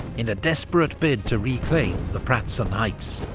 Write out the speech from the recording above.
in a desperate bid to reclaim the pratzen heights.